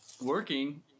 working